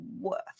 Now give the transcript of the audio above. worth